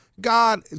God